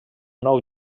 nou